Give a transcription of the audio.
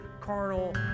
carnal